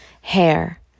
hair